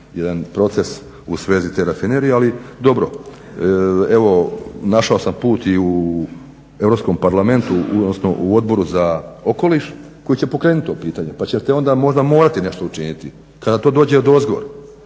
jedan proces u svezi te rafinerije, ali dobro. Evo našao sam put i u Europskom parlamentu odnosno u Odboru za okoliš koji će pokrenuti to pitanje pa ćete onda možda morati nešto učiniti kada to dođe odozgor,